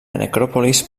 necròpolis